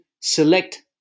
select